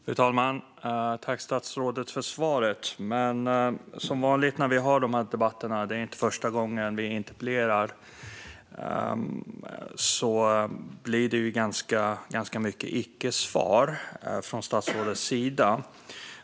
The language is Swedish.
Fru talman! Jag tackar statsrådet för svaret. Men som vanligt när vi har interpellationsdebatter - det är inte första gången - blir det ganska mycket icke-svar från statsrådets sida.